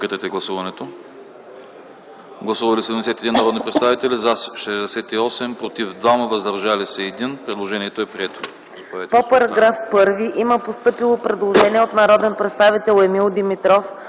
По § 1 има постъпило предложение от народния представител Емил Димитров,